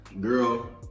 girl